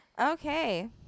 Okay